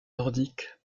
nordique